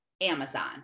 Amazon